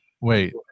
wait